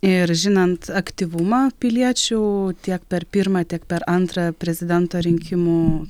ir žinant aktyvumą piliečių tiek per pirmą tiek per antrą prezidento rinkimų